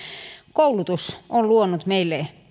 koulutus on luonut meille